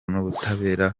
n’ubutabera